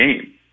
game